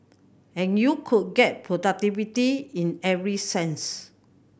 and you could get productivity in every sense